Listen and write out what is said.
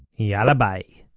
yalla bye